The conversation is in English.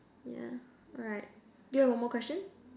yeah alright do you have one more question